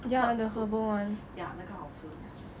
herb soup ya 那个好吃